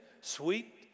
sweet